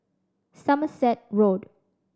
Somerset Road